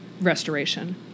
restoration